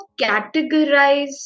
categorize